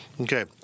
Okay